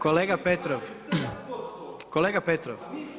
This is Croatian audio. Kolega Petrov, kolega Petrov